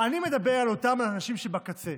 אני מדבר על אותם אנשים שבקצה,